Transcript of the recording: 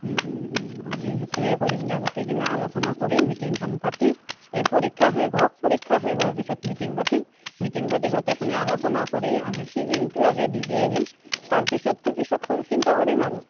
আমি সেইটোৱে কৰিম দে গোটেইগিলা আলোচনা কৰিম মিটিংখন পাতি এই পৰীক্ষা শেষ হওক পৰীক্ষা শেষ হোৱাৰ পিছত মিটিং পাতিম মিটিং পাতি গোটেইখিনি আলোচনা কৰি আমি ছিজনটো আগে দি দি আহিম তাৰপিছৰটো পিছত চিন্তা কৰিম আৰু